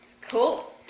Cool